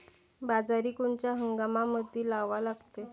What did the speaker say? बाजरी कोनच्या हंगामामंदी लावा लागते?